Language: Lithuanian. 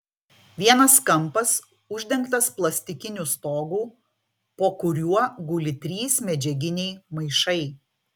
vienas kampas uždengtas plastikiniu stogu po kuriuo guli trys medžiaginiai maišai